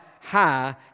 high